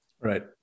Right